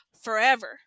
Forever